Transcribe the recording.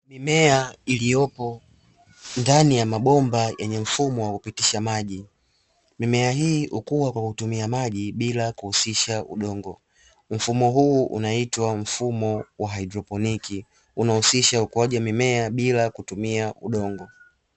Mimea iliyopo ndani ya mabomba yenye mfumo wa kupitisha maji mimea hii hukua kwa kutumia maji bila kuhusisha udongo, mfumo huu unaitwa mfumo wa haidroponi unaohusisha ukuaji wa mimea bila kutumia udongo.